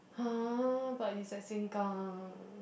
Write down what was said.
!huh! but it's at Sengkang